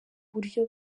buryo